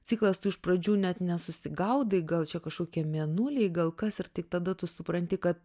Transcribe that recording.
ciklas tu iš pradžių net nesusigaudai gal čia kažkokie mėnuliai gal kas ir tik tada tu supranti kad